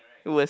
it was